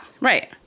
Right